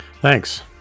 Thanks